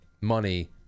money